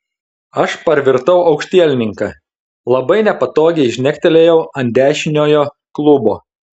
aš parvirtau aukštielninka labai nepatogiai žnektelėjau ant dešiniojo klubo